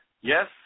Yes